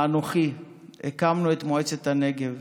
ואנוכי הקמנו את מועצת הנגב